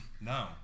No